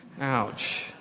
ouch